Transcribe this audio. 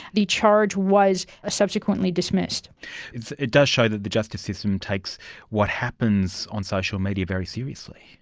the charge was ah subsequently dismissed. it does show that the justice system takes what happens on social media very seriously.